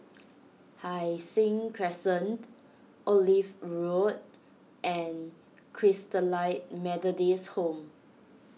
Hai Sing Crescent Olive Road and Christalite Methodist Home